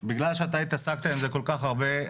בגלל שאתה התעסקת עם זה כל כך הרבה,